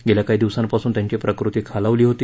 गेल्या काही दिवसांपासून त्यांची प्रकृती खालावली होती